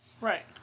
Right